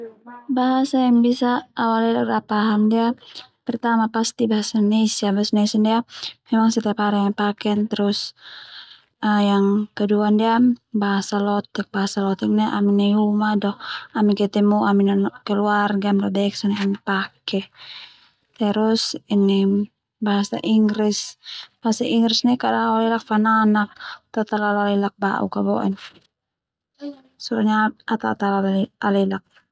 Bahasa yang bisa au alelak dan au paham ndia pertama pasti bahasa Indonesia, bahasa Indonesia ndia memang setiap hari ami paken. Terus yang kedua ndia bahasa lotek, bahasa lotek ndia ami nai uma do ami ketemu ami nanoanam keluarga no bek sone ami pake. Terus bahasa inggris, bahasa inggris ndia ka'da au alelak fananak soalnya au ta talalu alelak.